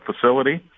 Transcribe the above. facility